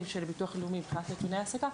של הביטוח הלאומי מבחינת תנאי ההעסקה,